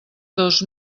dos